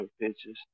pictures